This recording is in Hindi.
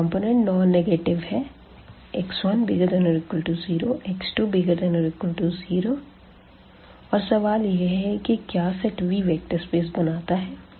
यह कॉम्पोनेन्ट नोन नेगेटिव है x1≥0x2≥0 और सवाल यह है कि क्या सेट V वेक्टर स्पेस बनाता है